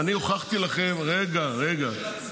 רגע, רגע.